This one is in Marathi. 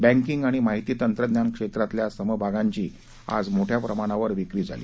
बँकिंग आणि माहिती तंत्रज्ञान क्षेत्रातल्या समभागांची आज मोठ्या प्रमाणावर विक्री झाली